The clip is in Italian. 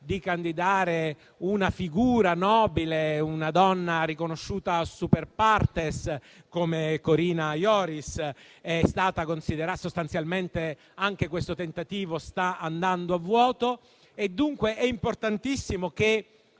di candidare una figura nobile, una donna riconosciuta *super partes*, come Corina Yoris; sostanzialmente anche questo tentativo sta andando a vuoto. Dunque è importantissimo che